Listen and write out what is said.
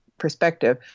perspective